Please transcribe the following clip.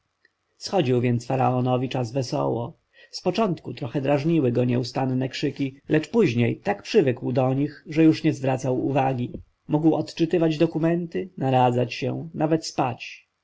schodził więc faraonowi czas wesoło z początku trochę drażniły go nieustanne krzyki lecz później tak przywykł do nich że już nie zwracał uwagi mógł odczytywać dokumenta naradzać się nawet spać